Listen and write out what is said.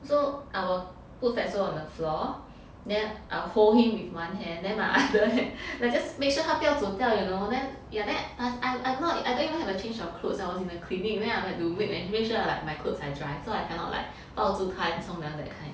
so I will put fatso on the floor then I'll hold him with one hand then my other hand like just make sure 它不要走掉 you know then ya then I'm I'm not I don't even have a change of clothes I was in the clinic then I have to make make sure like my clothes are dry so I cannot like 抱住它冲凉 that kind